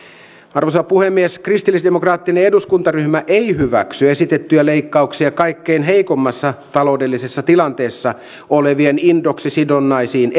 arvoisa puhemies kristillisdemokraattinen eduskuntaryhmä ei hyväksy esitettyjä leikkauksia kaikkein heikoimmassa taloudellisessa tilanteessa olevien indeksisidonnaisiin